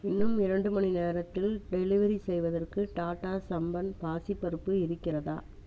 இன்னும் இரண்டு மணி நேரத்தில் டெலிவரி செய்வதற்கு டாடா சம்பன் பாசிப் பருப்பு இருக்கிறதா